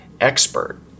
expert